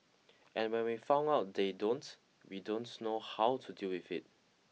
and when we found out they don't we don't know how to deal with it